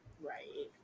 right